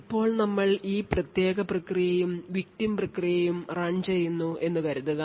ഇപ്പോൾ ഞങ്ങൾ ഈ പ്രത്യേക പ്രക്രിയയും victim പ്രക്രിയയും run ചെയ്യുന്നു എന്ന് കരുതുക